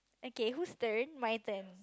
okay whose turn my turn